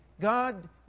God